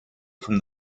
from